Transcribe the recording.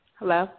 Hello